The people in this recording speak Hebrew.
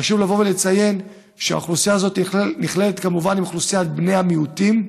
חשוב לציין שהאוכלוסייה הזאת נכללת כמובן באוכלוסיית בני המיעוטים,